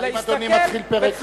האם אדוני מתחיל פרק חדש?